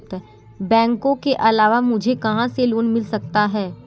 बैंकों के अलावा मुझे कहां से लोंन मिल सकता है?